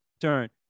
turn